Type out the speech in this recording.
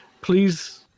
please